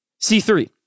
C3